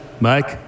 Mike